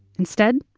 instead,